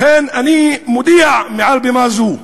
לכן אני מודיע מעל במה זו: